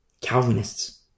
Calvinists